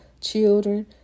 children